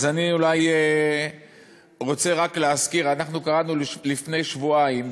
אז אני אולי רוצה רק להזכיר: קראנו רק לפני שבועיים,